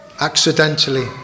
accidentally